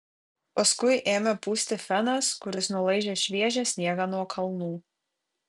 paskui ėmė pūsti fenas kuris nulaižė šviežią sniegą nuo kalnų